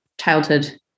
childhood